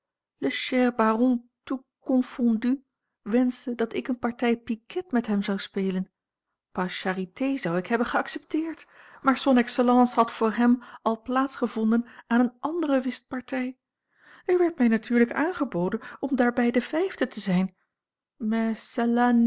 cher baron tout confondu wenschte dat ik een partij piquet met hem zou spelen par charité zou ik hebben geaccepteerd maar son excellence had voor hem al plaats gevonden aan eene andere whistpartij er werd mij natuurlijk aangeboden om daarbij de vijfde te zijn